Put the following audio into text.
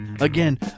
again